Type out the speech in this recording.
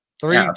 Three